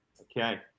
Okay